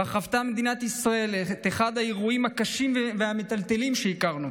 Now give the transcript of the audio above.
שבה חוותה מדינת ישראל את אחד האירועים הקשים והמטלטלים שהכרנו,